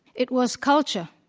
it was culture.